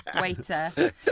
waiter